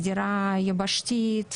סדירה יבשתית,